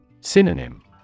Synonym